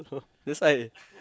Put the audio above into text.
that's why